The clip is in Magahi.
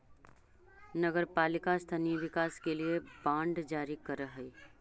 नगर पालिका स्थानीय विकास के लिए बांड जारी करऽ हई